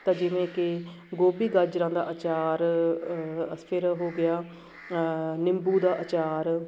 ਤਾਂ ਜਿਵੇਂ ਕਿ ਗੋਭੀ ਗਾਜਰਾਂ ਦਾ ਆਚਾਰ ਹੋ ਗਿਆ ਨਿੰਬੂ ਦਾ ਅਚਾਰ